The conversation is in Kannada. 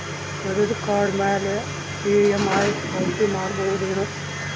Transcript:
ಕ್ರೆಡಿಟ್ ಕಾರ್ಡ್ ಮ್ಯಾಲೆ ಇ.ಎಂ.ಐ ಪಾವತಿ ಮಾಡ್ಬಹುದೇನು?